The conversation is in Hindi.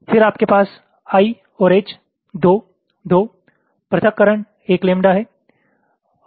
फिर आपके पास I और H 2 2 पृथक्करण 1 लैम्ब्डा है